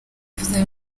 byifuza